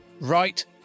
right